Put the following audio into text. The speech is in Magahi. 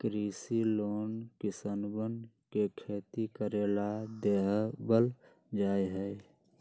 कृषि लोन किसनवन के खेती करे ला देवल जा हई